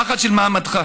הפחד של מעמדך.